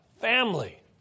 family